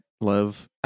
love